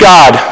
God